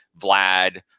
Vlad